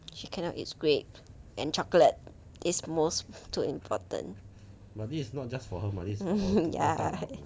she cannot eat grapes and chocolate this two most important ya